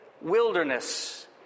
wilderness